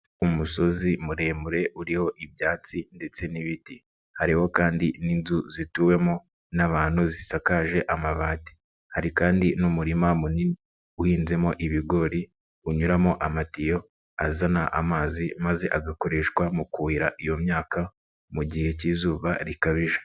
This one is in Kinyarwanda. Umusozi muremure uriho ibyatsi ndetse n'ibiti, hariho kandi n'inzu zituwemo n'abantu zisakaje amabati, hari kandi n'umurima munini uhinzemo ibigori unyuramo amatiyo azana amazi maze agakoreshwa mu kuhira iyo myaka mu gihe cy'izuba rikabije.